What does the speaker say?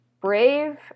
brave